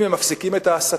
אם הם מפסיקים את ההסתה,